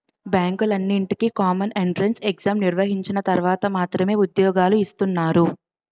బ్యాంకులన్నింటికీ common entrance exam నిర్వహించిన తర్వాత మాత్రమే ఉద్యోగాలు ఇస్తున్నారు